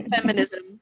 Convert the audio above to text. feminism